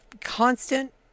constant